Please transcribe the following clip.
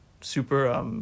super